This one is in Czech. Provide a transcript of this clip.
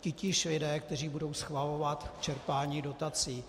titíž lidé, kteří budou schvalovat čerpání dotací.